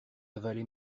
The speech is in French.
avalé